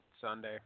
Sunday